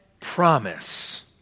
promise